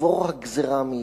שתעבור הגזירה מישראל.